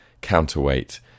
counterweight